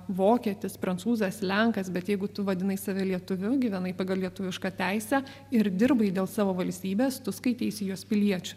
vokietis prancūzas lenkas bet jeigu tu vadinai save lietuviu gyvenai pagal lietuvišką teisę ir dirbai dėl savo valstybės tu skaitysi jos piliečių